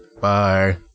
Bye